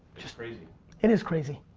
just crazy. it is crazy.